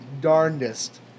darndest